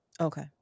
Okay